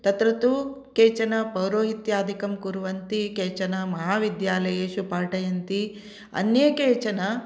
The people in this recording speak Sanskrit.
तत्र तु केचन पौरोहित्यादिकं कुर्वन्ति केचन महाविद्यालयेषु पाठयन्ति अन्ये केचन